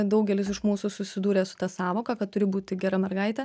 daugelis iš mūsų susidūrė su ta sąvoka kad turi būti gera mergaitė